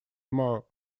more